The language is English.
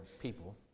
people